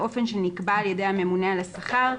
באופן שנקבע על ידי הממונה על השכר,